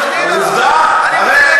חס וחלילה.